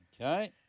Okay